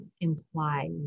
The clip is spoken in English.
Imply